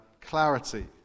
clarity